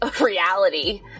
reality